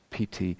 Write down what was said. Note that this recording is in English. PT